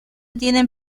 tienen